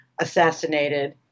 assassinated